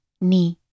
ni